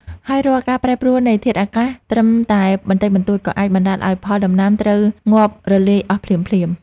ហើយរាល់ការប្រែប្រួលនៃធាតុអាកាសត្រឹមតែបន្តិចបន្តួច ក៏អាចបណ្តាលឱ្យផលដំណាំត្រូវងាប់រលាយអស់ភ្លាមៗ។